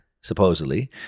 supposedly